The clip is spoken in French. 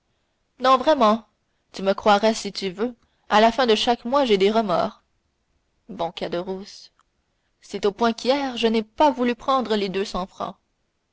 non vraiment tu me croiras si tu veux à la fin de chaque mois j'ai des remords bon caderousse c'est au point qu'hier je n'ai pas voulu prendre les deux cents francs